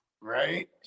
Right